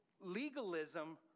Legalism